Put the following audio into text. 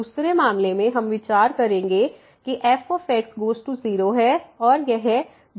दूसरे मामले में हम विचार करेंगे कि f गोज़ टू 0 है और यह g गोज़ टू 0 है